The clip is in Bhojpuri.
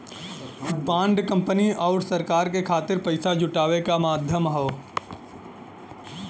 बॉन्ड कंपनी आउर सरकार के खातिर पइसा जुटावे क माध्यम हौ